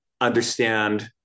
understand